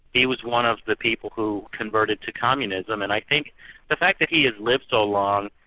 he was one of the people who converted to communism and i think the fact that he has lived so long,